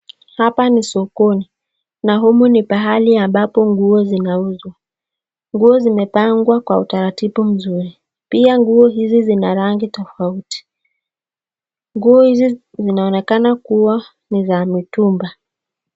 Hapa ni sokoni na humu ni pahali ambapo nguo zinauzwa. Nguo zimepangwa kwa utaratibu mzuri pia nguo hizi zina rangi tofauti. Nguo hizi zinaonekana kuwa ni za mitumba.